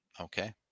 Okay